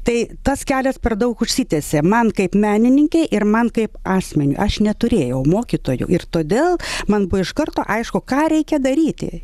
tai tas kelias per daug užsitęsė man kaip menininkei ir man kaip asmeniui aš neturėjau mokytojų ir todėl man buvo iš karto aišku ką reikia daryti